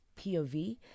POV